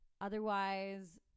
Otherwise